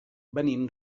venim